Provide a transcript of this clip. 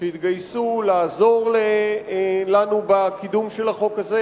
שהתגייסו לעזור לנו בקידום החוק הזה,